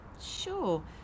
Sure